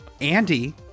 Andy